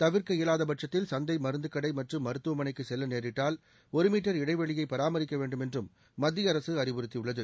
தவிர்க்க இயலாதபட்சத்தில் சந்தை மருந்துகடைமற்றும் மருத்துவமனைக்குசெல்லநேரிட்டால் ஒருமீட்டர் இடைவெளியைபராமரிக்கவேண்டும் என்றும் மத்தியஅரசுஅறிவறுத்தியுள்ளது